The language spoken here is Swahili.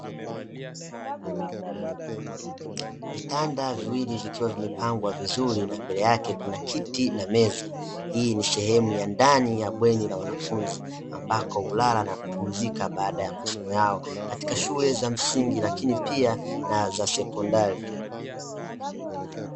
Vitanda viwili vikiwa vimepangwa vizuri na mbele yake kuna kiti na meza, hii ni sehemu ya ndani ya bweni la wanafunzi ambako hulala na kupumzika baada ya masomo yao, katika shule za msingi lakini pia na za sekondari.